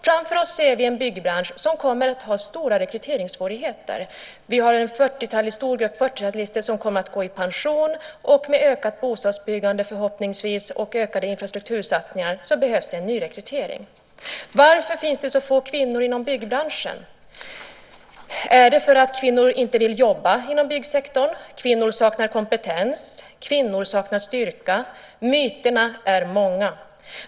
Framför oss ser vi en byggbransch som kommer att ha stora rekryteringssvårigheter. Det finns en stor grupp 40-talister som kommer att gå i pension. Med ökat bostadsbyggande och infrastruktursatsningar - förhoppningsvis - behövs det en nyrekrytering. Varför finns det så få kvinnor inom byggbranschen? Är det för att kvinnor inte vill jobba inom byggsektorn? Kvinnor saknar kompetens. Kvinnor saknar styrka. Myterna är många.